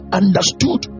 understood